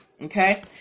Okay